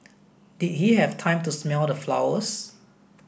did he have time to smell the flowers